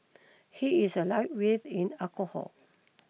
he is a lightweight in alcohol